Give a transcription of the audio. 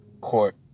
court